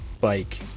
bike